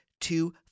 two